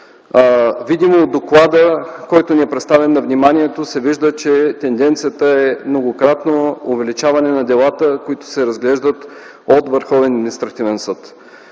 Видимо от доклада, който е представен на вниманието ни, се вижда, че тенденцията е многократно увеличаване на делата, които се разглеждат от